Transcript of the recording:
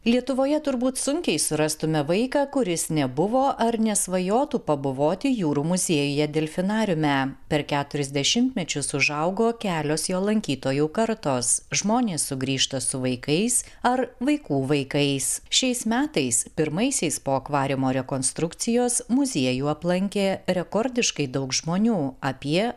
lietuvoje turbūt sunkiai surastume vaiką kuris nebuvo ar nesvajotų pabuvoti jūrų muziejuje delfinariume per keturis dešimtmečius užaugo kelios jo lankytojų kartos žmonės sugrįžta su vaikais ar vaikų vaikais šiais metais pirmaisiais po akvariumo rekonstrukcijos muziejų aplankė rekordiškai daug žmonių apie